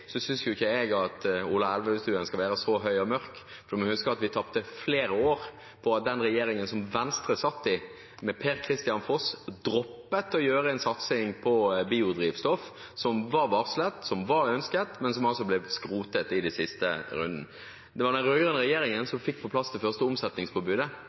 synes jeg ikke at Ola Elvestuen skal være så høy og mørk, for han må huske at vi tapte flere år på at den regjeringen som Venstre satt i, med bl.a. Per-Kristian Foss, droppet å gjøre en satsing på biodrivstoff, som var varslet, som var ønsket, men som altså ble skrotet i den siste runden. Det var den rød-grønne regjeringen